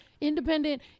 independent